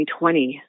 2020